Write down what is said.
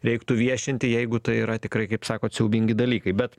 reiktų viešinti jeigu tai yra tikrai kaip sakot siaubingi dalykai bet